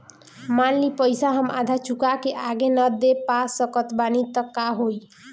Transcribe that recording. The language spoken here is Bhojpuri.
मान ली पईसा हम आधा चुका के आगे न दे पा सकत बानी त का होई?